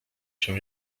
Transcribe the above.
się